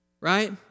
Right